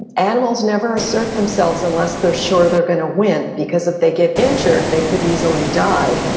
animals never assert themselves unless they're sure they're gonna win because if they get injured, they could easily die.